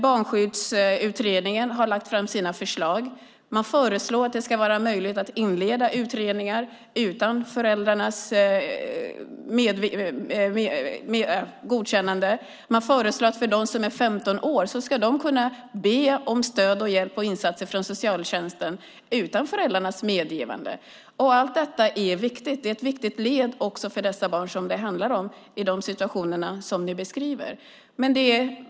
Barnskyddsutredningen har lagt fram sina förslag. Man föreslår att det ska vara möjligt att inleda utredningar utan föräldrars godkännande. Man föreslår också att de som är 15 år ska kunna be om stöd, hjälp och insatser från socialtjänsten utan föräldrarnas medgivande. Allt detta är viktigt. Det är viktigt för de barn det handlar om, barn som befinner sig i de beskrivna situationerna.